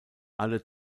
alle